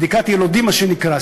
בדיקת ילדים מה שנקרא,